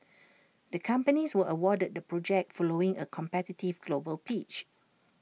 the companies were awarded the project following A competitive global pitch